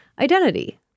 identity